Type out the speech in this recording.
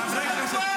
חברי הכנסת,